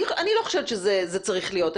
אני לא חושבת שזה צריך להיות.